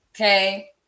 okay